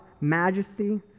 majesty